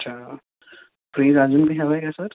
अच्छा फ्रीज अजून काही हवं आहे का सर